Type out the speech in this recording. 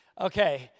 Okay